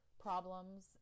problems